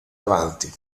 avanti